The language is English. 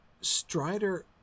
Strider